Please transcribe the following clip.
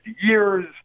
years